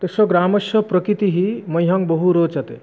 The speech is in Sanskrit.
तस्य ग्रामस्य प्रकृतिः मह्यं बहु रोचते